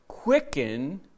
Quicken